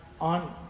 on